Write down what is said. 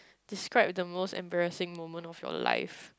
describe the most embarrassing moment of your life